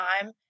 time